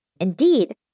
Indeed